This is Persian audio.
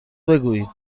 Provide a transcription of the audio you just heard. بگویید